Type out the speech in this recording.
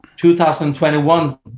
2021